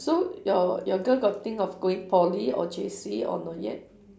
so your your girl got think of going poly or J_C or not yet